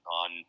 on –